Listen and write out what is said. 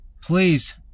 please